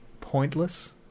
pointless